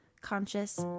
Conscious